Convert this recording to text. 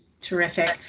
Terrific